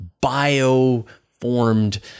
bio-formed